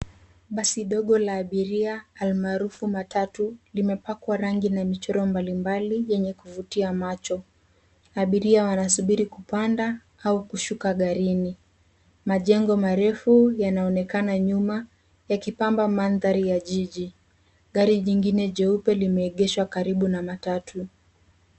Basi dogo la abiria almarufu matatu limepakwa rangi na michoro mbalimbali yenye kuvutia macho. Abiria wanasubiri kupanda au kushuka garini. Majengo marefu yanaonekana nyuma yakipamba mandhari ya jiji. Gari lingine jeupe limeegesha karibu na matatu.